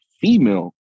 female